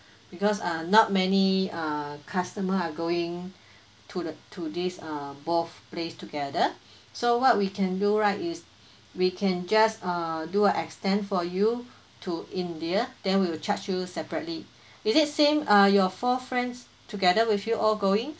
because uh not many uh customer are going to the to this uh both place together so what we can do right is we can just uh do extend for you to india then we will charge you separately is it same uh your four friends together with you all going